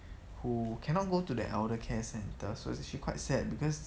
who cannot go to the eldercare centres so actually quite sad because